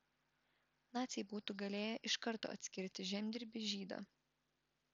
naciai būtų galėję iš karto atskirti žemdirbį žydą